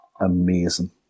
Amazing